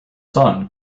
son